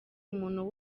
umuntu